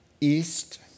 east